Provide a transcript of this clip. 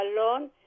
alone